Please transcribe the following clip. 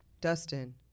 Dustin